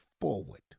forward